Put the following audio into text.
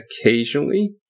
occasionally